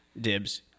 dibs